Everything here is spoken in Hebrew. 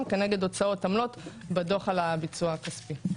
כנגד הוצאות עמלות בדו"ח על הביצוע הכספי.